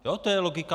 To je logika.